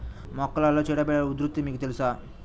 మొక్కలలో చీడపీడల ఉధృతి మీకు తెలుసా?